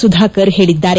ಸುಧಾಕರ್ ಹೇಳಿದ್ದಾರೆ